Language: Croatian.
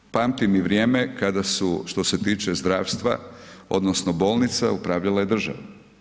Naime, pamtim i vrijeme, kada su što se tiče zdravstva, odnosno, bolnica upravljala je država.